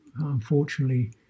unfortunately